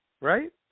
Right